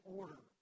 order